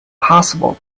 possible